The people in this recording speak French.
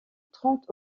trente